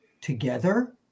together